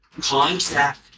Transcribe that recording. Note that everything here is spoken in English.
contact